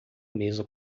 mesa